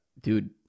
Dude